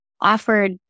offered